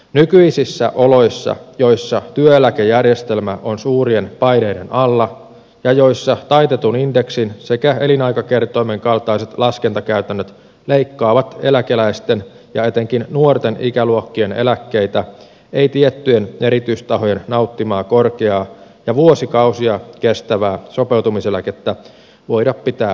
nykyisissä oloissa joissa työeläkejärjestelmä on suurien paineiden alla ja joissa taitetun indeksin sekä elinaikakertoimen kaltaiset laskentakäytännöt leikkaavat eläkeläisten ja etenkin nuorten ikäluokkien eläkkeitä ei tiettyjen erityistahojen nauttimaa korkeaa ja vuosikausia kestävää sopeutumiseläkettä voida pitää oikeutettuna